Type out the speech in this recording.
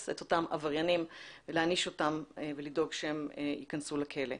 את אותם עבריינים ולהעניש אותם ולדאוג שהם ייכנסו לכלא.